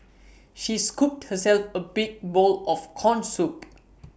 she scooped herself A big bowl of Corn Soup